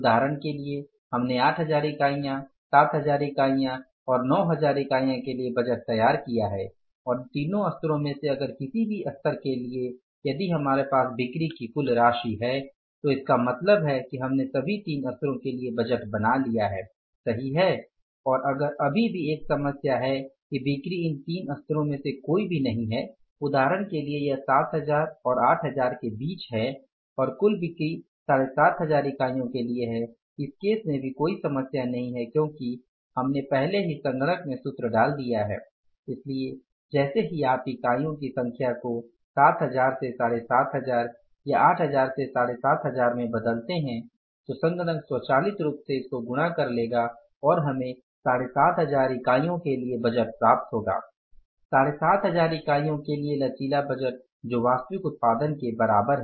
उदाहरण के लिए हमने 8000 इकाईयां 7000 इकाईयां और 9000 इकाईयां के लिए बजट तैयार किया हैं और इन तीनों स्तरों में से अगर किसी भी स्तर के लिए यदि हमारे पास बिक्री की कुल राशि है तो इसका मतलब है किहमनेसभी तीन स्तरों के लिए बजट बना लिया है सही है और अगर अभी भी एक समस्या है कि बिक्री इन तीन स्तरों में से कोई भी नहीं है उदाहरण के लिए यह 7000 8000 के बीच है और कुल बिक्री 7500 इकाइयों के लिए है इस केस में भी कोई समस्या नहीं है क्योंकि हमने पहले ही संगणक में सूत्र डाल दिया है इसलिए जैसे ही आप इकाइयों की संख्या को 7000 से 7500 या 8000 से 7500 बदलते है तो संगणक स्वचालित रूप से इसको गुणा कर लेगा और हमें 7500 इकाइयों के लिए बजट प्राप्त होगा 7500 इकाइयों के लिए लचीले बजट जो वास्तविक उत्पादन के बराबर है